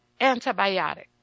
Antibiotic